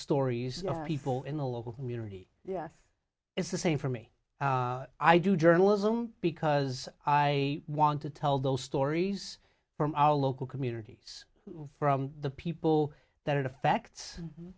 stories of people in the local community yes it's the same for me i do journalism because i want to tell those stories from our local communities from the people that it affects